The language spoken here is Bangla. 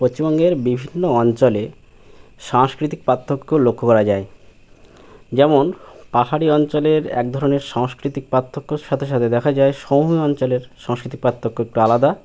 পশ্চিমবঙ্গের বিভিন্ন অঞ্চলে সাংস্কৃতিক পার্থক্য লক্ষ্য করা যায় যেমন পাহাড়ি অঞ্চলের এক ধরনের সাংস্কৃতিক পার্থক্য সাথে সাথে দেখা যায় সমভূমি অঞ্চলের সাংস্কৃতিক পার্থক্য একটু আলাদা